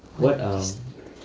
what um